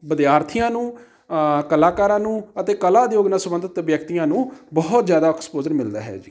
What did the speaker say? ਵਿਦਿਆਰਥੀਆਂ ਨੂੰ ਕਲਾਕਾਰਾਂ ਨੂੰ ਅਤੇ ਕਲਾ ਉਦਯੋਗ ਨਾਲ ਸੰਬੰਧਿਤ ਵਿਅਕਤੀਆਂ ਨੂੰ ਬਹੁਤ ਜ਼ਿਆਦਾ ਅਕਸਪੋਜ਼ਰ ਮਿਲਦਾ ਹੈ ਜੀ